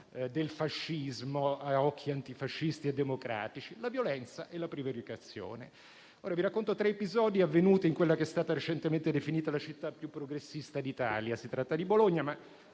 del fascismo a occhi antifascisti e democratici? La violenza e la prevaricazione. Vi racconto tre episodi, avvenuti in quella che è stata recentemente definita la città più progressista d'Italia. Si tratta di Bologna, ma